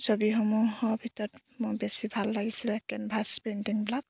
ছবিসমূহৰ ভিতৰত মোৰ বেছি ভাল লাগিছিলে কেনভাছ পেইণ্টিংবিলাক